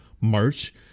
March